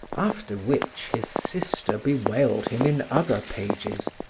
after which his sister bewailed him in other pages,